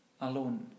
alone